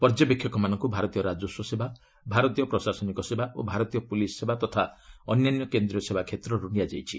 ପର୍ଯ୍ୟବେକ୍ଷକମାନଙ୍କୁ ଭାରତୀୟ ରାଜସ୍ୱ ସେବା ଭାରତୀୟ ପ୍ରଶାସନିକ ସେବା ଓ ଭାରତୀୟ ପୁଲିସ୍ ସେବା ତଥା ଅନ୍ୟାନ୍ୟ କେନ୍ଦ୍ରୀୟ ସେବା କ୍ଷେତ୍ରରୁ ନିଆଯାଇଛି